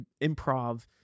improv